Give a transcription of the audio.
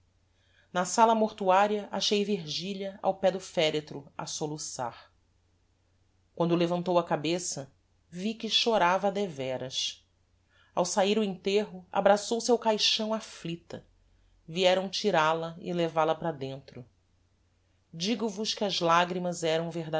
na sala mortuaria achei virgilia ao pé do feretro a soluçar quando levantou a cabeça vi que chorava deveras ao sair o enterro abraçou-se ao caixão afflicta vieram tiral a e leval-a para dentro digo vos que as lagrimas eram